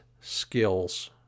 skills